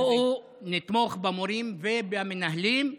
בואו נתמוך במורים ובמנהלים,